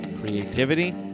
Creativity